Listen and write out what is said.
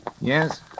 Yes